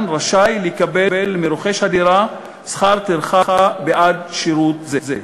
רשאי לקבל מרוכש הדירה שכר טרחה בעד שירות זה.